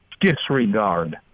disregard